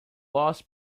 loss